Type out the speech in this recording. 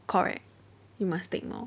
correct you must take more